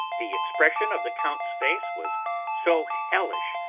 the expression of the count's face was so hellish,